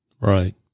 Right